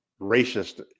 racist